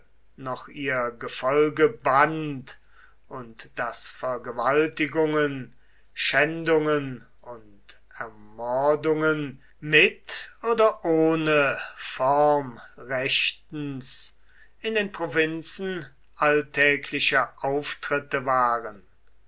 noch ihr gefolge band und daß vergewaltigungen schändungen und ermordungen mit oder ohne form rechtens in den provinzen alltägliche auftritte waren